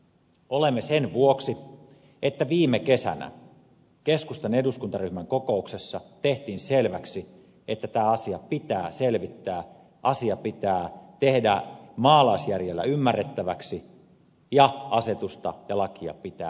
olemme sen vuoksi että viime kesänä keskustan eduskuntaryhmän kokouksessa tehtiin selväksi että tämä asia pitää selvittää asia pitää tehdä maalaisjärjellä ymmärrettäväksi ja asetusta ja lakia pitää muuttaa